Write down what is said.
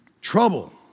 Trouble